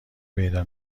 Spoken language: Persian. پیدا